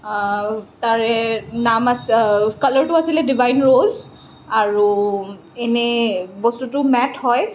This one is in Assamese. তাৰে নাম আছ কালাৰটো আছিলে ডিভাইন ৰ'জ আৰু এনেই বস্তুটো মেত হয়